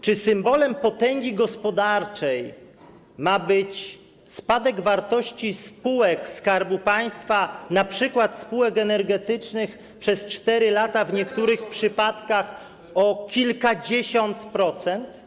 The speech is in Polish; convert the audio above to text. Czy symbolem potęgi gospodarczej ma być spadek wartości spółek Skarbu Państwa, np. spółek energetycznych, przez 4 lata w niektórych przypadkach o kilkadziesiąt procent?